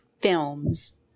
films